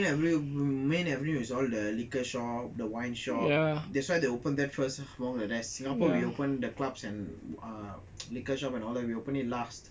their another main revenue main revenue is all the liquor shop the wine shop that's why they open that first whereas singapore we open the clubs and um ah liquor shop and all that we open it last